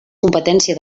competència